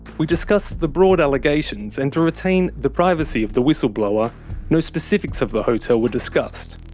we discussed the broad allegations, and to retain the privacy of the whistleblower no specifics of the hotel were discussed.